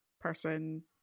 person